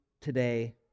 today